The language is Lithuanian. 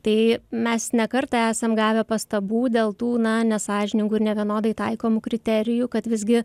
tai mes ne kartą esam gavę pastabų dėl tų na nesąžiningų ir nevienodai taikomų kriterijų kad visgi